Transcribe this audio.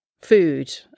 food